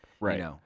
Right